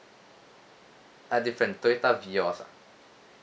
uh different toyota vios ah